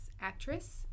actress